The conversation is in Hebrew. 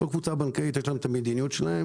לכל קבוצה בנקאית יש את המדיניות שלה,